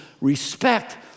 respect